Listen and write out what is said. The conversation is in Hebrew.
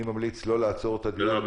אני ממליץ לא לעצור את הדיון